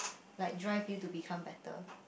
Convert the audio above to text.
like drive you to become better